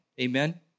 Amen